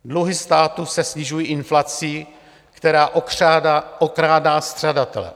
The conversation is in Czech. Dluhy státu se snižují inflací, která okrádá střadatele.